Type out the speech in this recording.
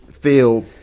feel